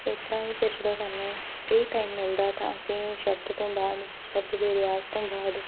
ਇਸ ਤਰ੍ਹਾਂ ਹੀ ਫਿਰ ਜਦੋਂ ਸਾਨੂੰ ਫਰੀ ਟਾਈਮ ਮਿਲਦਾ ਤਾਂ ਅਸੀਂ ਸ਼ਬਦ ਤੋਂ ਬਾਅਦ ਸ਼ਬਦ ਦੇ ਰਿਆਜ਼ ਤੋਂ ਬਾਅਦ